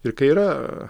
ir yra